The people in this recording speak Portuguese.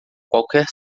qualquer